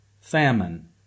famine